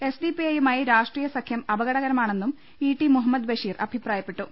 S D P ഐയുമായി രാഷ്ട്രീയസഖ്യം അപകടകരമാ ണെന്നും ഇ ടി മുഹമ്മദ് ബഷീർ അഭിപ്രായപ്പെട്ടു